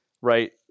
right